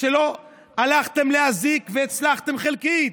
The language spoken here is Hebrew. שלא הלכתם להזיק, והצלחתם חלקית.